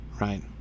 right